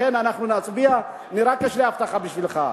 לכן אנחנו נצביע היום, אבל יש לי הבטחה בשבילך,